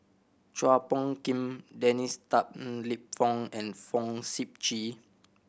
Chua Phung Kim Dennis Tan Lip Fong and Fong Sip Chee